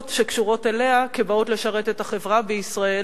שקשורות אליה כבאות לשרת את החברה בישראל,